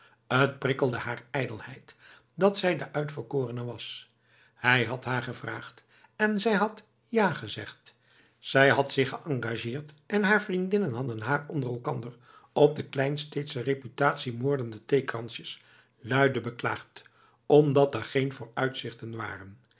t prikkelde haar ijdelheid dat zij de uitverkorene was hij had haar gevraagd en zij had ja gezegd zij had zich geëngageerd en haar vriendinnen hadden haar onder elkander op de kleinsteedsche reputatiemoordende theekransjes luide beklaagd omdat er geen vooruitzichten waren